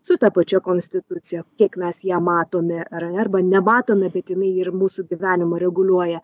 su ta pačia konstitucija kiek mes ją matome ar ne arba nematome bet jinai ir mūsų gyvenimo reguliuoja